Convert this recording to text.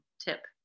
tip